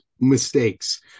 mistakes